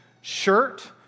shirt